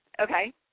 Okay